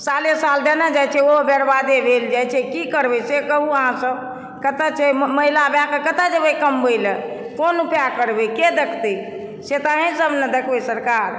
साले साल देनऽ जाय छै ओहो बेर्बादे भेल जाय छै की करबय से कहू अहाँसभ कतय छै महिला भएकऽ कतय जेबय कमबय लऽ कोन उपाय करबय के देखतय से तऽ अहींसभ नऽ देखबै सरकार